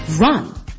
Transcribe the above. run